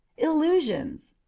illusions.